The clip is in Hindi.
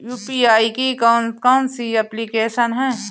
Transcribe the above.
यू.पी.आई की कौन कौन सी एप्लिकेशन हैं?